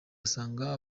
asanga